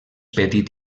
petit